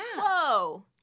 whoa